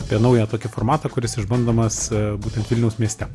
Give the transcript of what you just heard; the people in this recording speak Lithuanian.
apie naują tokį formatą kuris išbandomas būtent vilniaus mieste